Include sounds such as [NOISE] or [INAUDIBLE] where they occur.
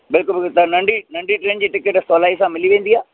बिल्कुल [UNINTELLIGIBLE] त नंढी नंढी ट्रेन जी टिकेट सवलाईअ सां मिली वेंदी आहे